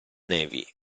navi